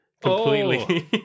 completely